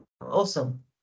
awesome